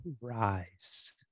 rise